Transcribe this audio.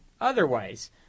otherwise